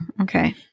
okay